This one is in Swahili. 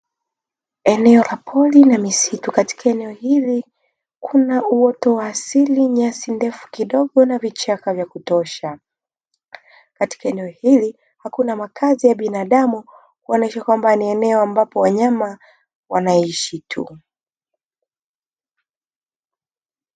Eneo la pori na misitu katika eneo hili kuna uoto wa asili nyasi ndefu kidogo na vichaka vya kutosha, katika eneo hili hakuna makazi ya binadamu kuonyesha kwamba ni eneo ambapo wanyama wanaishi tu.